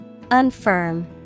Unfirm